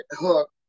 hook